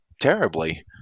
terribly